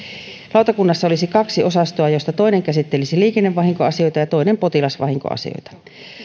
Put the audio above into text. lautakunnassa olisi kaksi osastoa joista toinen käsittelisi liikennevahinkoasioita ja toinen potilasvahinkoasioita